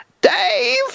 Dave